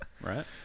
Right